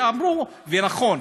ואמרו נכון,